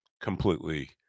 completely